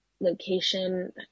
location